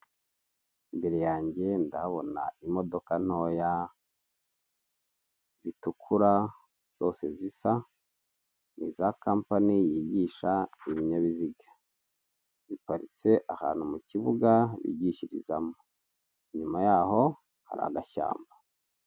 Imbere yange ndahabona imodoka ntoya zitukura, zose zisa n' iza capanyi yigisha ibinyabiziga. Ziparitse ahantu mu kibuga bigishirizamo inyuma yaho hari agashyamba.